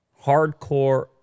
hardcore